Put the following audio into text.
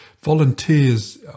volunteers